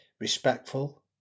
respectful